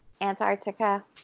Antarctica